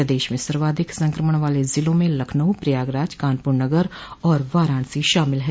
प्रदेश में सर्वाधिक संक्रमण वाले जिलों में लखनऊ प्रयागराज कानपुर नगर और वाराणसी शामिल है